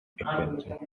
existence